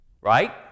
right